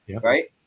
Right